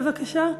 בבקשה,